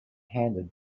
handed